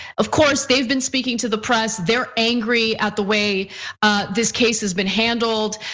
of course they've been speaking to the press. they're angry at the way this case has been handled.